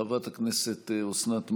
חברת הכנסת אוסנת מארק,